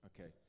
okay